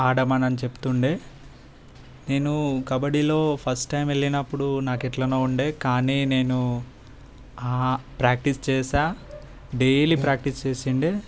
ఆడమని అని చెప్తుండే నేను కబడ్డీలో ఫస్ట్ టైం వెళ్ళినప్పుడు నాకు ఎట్లానో ఉండే కానీ నేను ప్రాక్టీస్ చేశా డైలీ ప్రాక్టీస్ చేసిండే